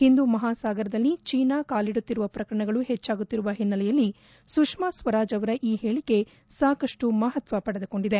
ಹಿಂದೂ ಮಹಾಸಾಗರದಲ್ಲಿ ಚೀನಾ ಕಾಲಿಡುತ್ತಿರುವ ಪ್ರಕರಣಗಳು ಹೆಚ್ಚಾಗುತ್ತಿರುವ ಹಿನ್ನೆಲೆಯಲ್ಲಿ ಸುಷ್ಮಾ ಸ್ವರಾಜ್ ಅವರ ಈ ಹೇಳಿಕೆ ಸಾಕಷ್ಟು ಮಹತ್ವ ಪಡೆದುಕೊಂಡಿದೆ